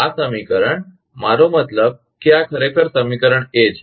આ સમીકરણ મારો મતલબ કે આ ખરેખર સમીકરણ એ છે